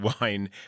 wine